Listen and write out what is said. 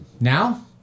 Now